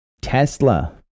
tesla